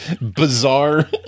bizarre